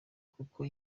kuko